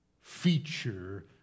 feature